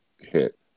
hit